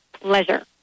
pleasure